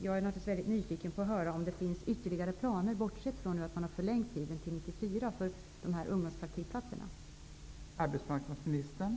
Jag är naturligtvis nyfiken på att få höra om det finns ytterligare planer, bortsett från att ungdomspraktikplatserna har förlängts till 1994.